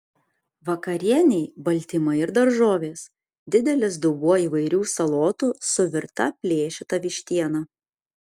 vakarienei baltymai ir daržovės didelis dubuo įvairių salotų su virta plėšyta vištiena